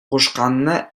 кушканны